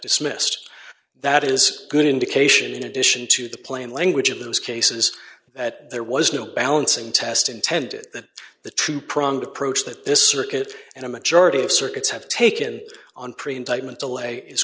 dismissed that is a good indication in addition to the plain language of those cases that there was no balancing test intended that the two pronged approach that this circuit and a majority of circuits have taken on pre indictment delay is